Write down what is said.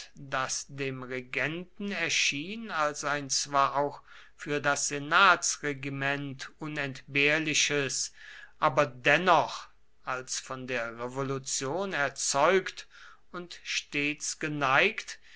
das dem regenten erschien als ein zwar auch für das senatsregiment unentbehrliches aber dennoch als von der revolution erzeugt und stets geneigt